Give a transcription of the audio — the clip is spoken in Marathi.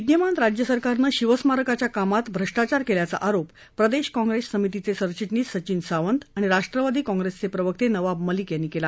विदयमान राज्य सरकारनं शिवस्मारकाच्या कामामधे भ्रष्टाचार केल्याचा आरोप प्रदेश काँग्रेस समितीचे सरचिटणीस सचिन सावंत आणि राष्ट्रवादी काँग्रेसचे प्रवक्ते नवाब मलिक यांनी केला